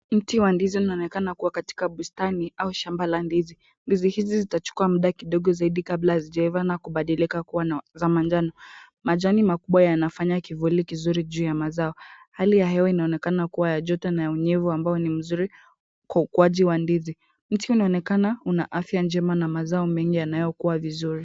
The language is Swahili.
Mti wa ndizo ninaonekana kuwa katika bustani au shamba la ndizi. Ndizi hizi zitachukua muda kidogo zaidi kabla ya zijaiwa na kubadilika kuwa na zamanjano? Majani makubwa yanafanya kivuli kizuri juu ya mazao. Hali ya hewa inaonekana kuwa ya joto na ya unyevu ambao ni mzuri kwa ukuaji wa ndizi. Mti unaonekana una afya njema na mazao mengi yanayokua vizuri.